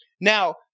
Now